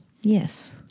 Yes